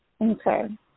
okay